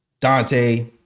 Dante